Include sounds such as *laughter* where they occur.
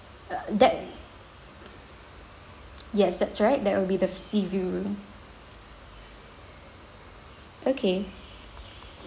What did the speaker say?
uh that *noise* yes that's right that will be the sea view room okay